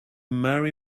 marry